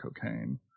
cocaine